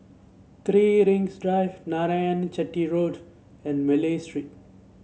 Three Rings Drive Narayanan Chetty Road and Malay Street